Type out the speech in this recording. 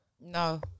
No